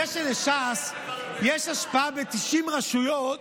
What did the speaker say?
זה שלש"ס יש השפעה ב-90 רשויות,